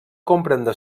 comprendre